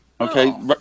Okay